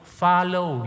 follow